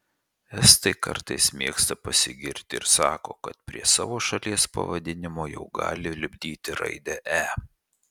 estai kartais mėgsta pasigirti ir sako kad prie savo šalies pavadinimo jau gali lipdyti raidę e